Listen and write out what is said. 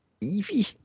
Evie